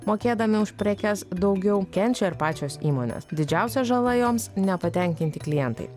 mokėdami už prekes daugiau kenčia ir pačios įmonės didžiausia žala joms nepatenkinti klientai